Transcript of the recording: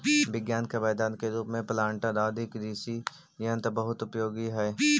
विज्ञान के वरदान के रूप में प्लांटर आदि कृषि यन्त्र बहुत उपयोगी हई